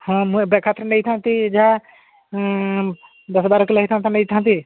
ହଁ ମୁଁ ଏବେ ଏକାଥରେ ନେଇଥାନ୍ତି ଯାହା ଦଶ ବାର କିଲୋ ହୋଇଥାନ୍ତା ନେଇଥାନ୍ତି